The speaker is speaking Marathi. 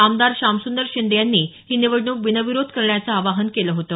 आमदार शामसुंदर शिंदे यांनी ही निवडणूक बिनविरोध करण्याचं आवाहन केलं होतं